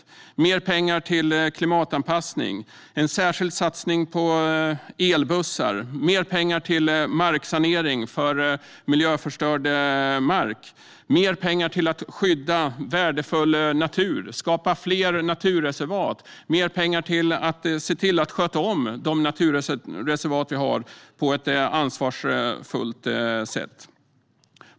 Vi har mer pengar till klimatanpassning, vi gör en särskild satsning på elbussar och vi har mer pengar till marksanering för miljöförstörd mark. Vi har mer pengar till att skydda värdefull natur och till att skapa fler naturreservat. Vi har mer pengar till att se till att sköta om de naturreservat vi har på ett ansvarsfullt sätt.